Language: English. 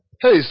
Hey